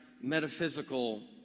metaphysical